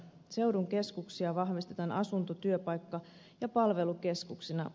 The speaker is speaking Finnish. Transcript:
seudun keskuksia vahvistetaan asunto työpaikka ja palvelukeskuksina